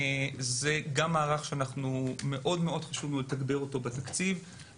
זה גם מערך שמאוד חשוב לנו לתגבר בתקציב.